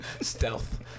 Stealth